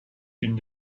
une